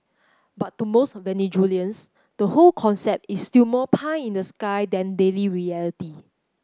but to most Venezuelans the whole concept is still more pie in the sky than daily reality